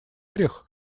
рерих